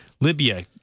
Libya